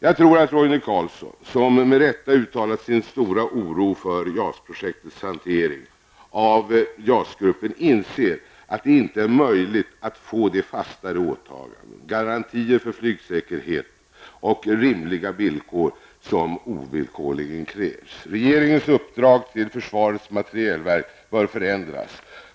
Jag tror att Roine Carlsson, som med rätta uttalat sin stora oro över JAS-projektets hantering av JAS gruppen, inser att det inte är möjligt att få de fastare åtaganden, garantier för flygsäkerhet och rimliga villkor, som ovillkorligen krävs. Regeringens uppdrag till försvarets materielverk bör förändras.